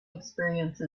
experience